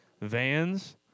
Vans